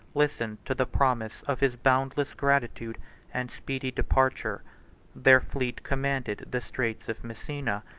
listened to the promise of his boundless gratitude and speedy departure their fleet commanded the straits of messina,